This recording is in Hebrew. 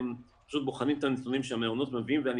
הם פשוט בוחנים את הנתונים שהמעונות מביאים ואני